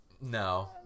No